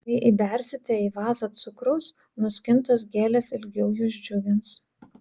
jei įbersite į vazą cukraus nuskintos gėlės ilgiau jus džiugins